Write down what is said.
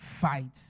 fight